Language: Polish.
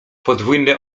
podwójny